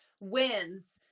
wins